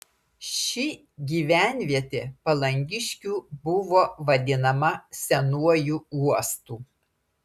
ši gyvenvietė palangiškių buvo vadinama senuoju uostu